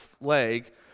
leg